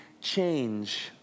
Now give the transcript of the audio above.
change